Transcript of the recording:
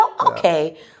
okay